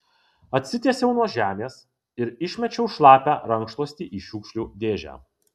atsitiesiau nuo žemės ir išmečiau šlapią rankšluostį į šiukšlių dėžę